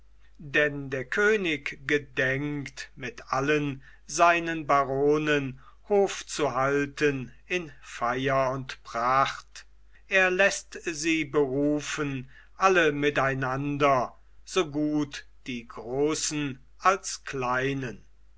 denn der könig gedenkt mit allen seinen baronen hof zu halten in feier und pracht er läßt sie berufen alle miteinander so gut die großen als kleinen